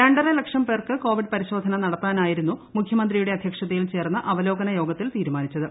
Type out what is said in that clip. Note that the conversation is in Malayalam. രണ്ടര ലക്ഷം പേർക്ക് കോവിഡ് പരിശോധന നടത്താനായിരുന്നു മുഖ്യമന്ത്രിയുടെ അദ്ധ്യക്ഷതയിൽ ചേർന്ന അവലോകനയോഗത്തിൽ തീരുമാനിച്ചത്